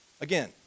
Again